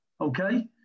Okay